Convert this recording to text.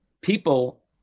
people